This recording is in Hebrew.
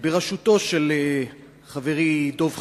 בראשותו של חברי דב חנין,